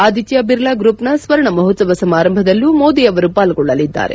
ಆದಿತ್ಯಾ ಬಿರ್ಲಾ ಗ್ರೂಪ್ನ ಸ್ವರ್ಣ ಮಹೋತ್ಸವ ಸಮಾರಂಭದಲ್ಲೂ ಮೋದಿ ಅವರು ಪಾಲ್ಗೊಳ್ಳಲಿದ್ದಾರೆ